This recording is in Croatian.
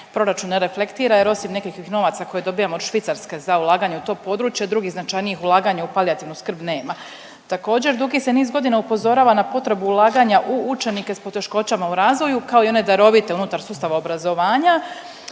proračun ne reflektira jer osim nekakvih novaca koje dobijamo od Švicarske za ulaganje u to područje, drugih značajnijih ulaganja u palijativnu skrb nema. Također se dugi niz godina upozorava na potrebu ulaganja u učenike s poteškoćama u razvoju kao i one darovite unutar sustava obrazovanja.